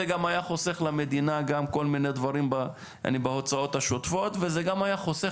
זה גם היה חוסך למדינה בהוצאות השוטפות וזה גם היה חוסך